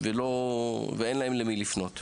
ואין להם למי לפנות?